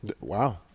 Wow